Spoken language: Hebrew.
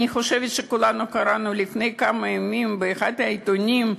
אני חושבת שכולנו קראנו לפני כמה ימים באחד העיתונים: